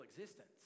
existence